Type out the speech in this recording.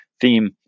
theme